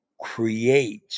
create